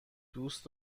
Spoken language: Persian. دوست